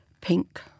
Pink